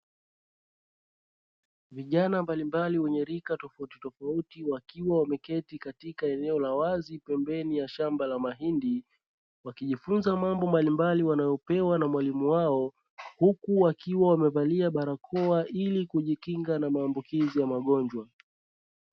Vijana mbalimbali wenye rika tofautitofauti wakiwa wameketi katika eneo la wazi pembeni ya shamba la mahindi, wakijifunza mambo mbalimbali wanayopewa na mwalimu wao huku wakiwa wamevalia barakoa ili kujikinga na maambukizi ya magonjwa.